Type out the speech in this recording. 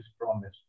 promise